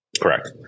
Correct